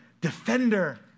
defender